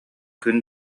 күн